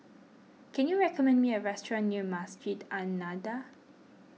can you recommend me a restaurant near Masjid An Nahdhah